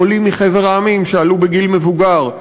עולים מחבר המדינות שעלו בגיל מבוגר,